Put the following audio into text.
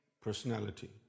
personality